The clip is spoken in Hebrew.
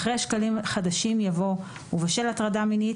אחרי "שקלים חדשים" יבוא "ובשל הטרדה מינית,